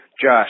Josh